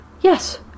Yes